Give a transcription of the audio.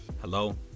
Hello